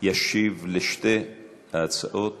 ישיב על שתי ההצעות